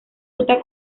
ruta